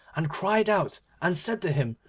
and cried out, and said to him,